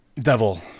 Devil